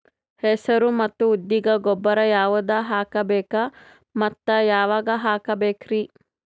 ಹೆಸರು ಮತ್ತು ಉದ್ದಿಗ ಗೊಬ್ಬರ ಯಾವದ ಹಾಕಬೇಕ ಮತ್ತ ಯಾವಾಗ ಹಾಕಬೇಕರಿ?